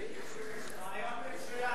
ריאיון מצוין.